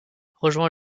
rejoint